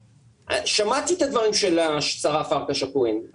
שמעתי את הדברים של השרה פרקש הכהן.